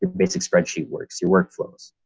basic spreadsheet works your workflows,